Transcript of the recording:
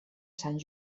sant